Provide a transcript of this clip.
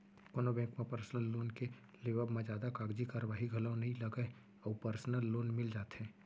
कोनो बेंक म personal loan के लेवब म जादा कागजी कारवाही घलौ नइ लगय अउ परसनल लोन मिल जाथे